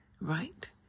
right